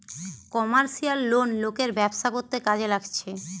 commercial loan লোকের ব্যবসা করতে কাজে লাগছে